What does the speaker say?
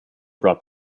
brought